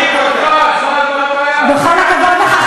בכל הכבוד לך,